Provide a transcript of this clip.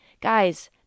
guys